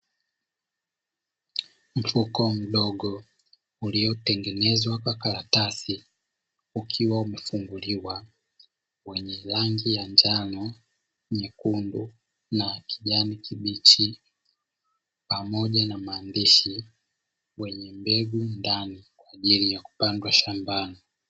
Mfuko mdogo uliotengenezwa kwa karatasi uliofunguliwa wenye rangi ya njano, nyekundu na kijani kibichi pamoja na maandishi, wenye mbegu ndani kwa ajili ya kupandwa shambani.